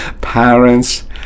parents